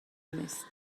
نیست